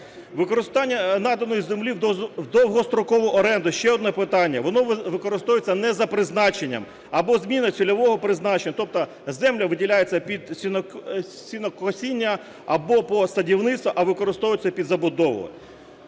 Використання наданої землі в довгострокову оренду – ще одне питання. Воно використовується не за призначенням, або зміна цільового призначення, тобто земля виділяється під сінокосіння або під садівництво, а використовується під забудову.